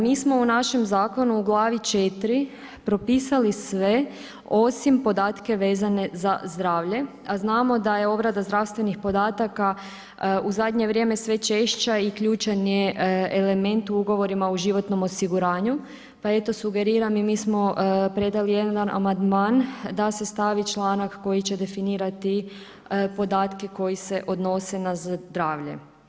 Mi smo u našem zakonu u glavi 4. propisali sve, osim podatke vezane za zdravlje, a znamo da je obrada zdravstvenih podataka u zadnje vrijeme sve češća i ključan je element u ugovorima o životnom osiguranju pa eto sugeriram i mi smo predali jedan dan amandman da se stavi članak koji će definirati podatke koji se odnose na zdravlje.